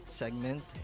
segment